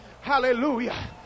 hallelujah